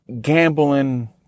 gambling